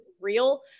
real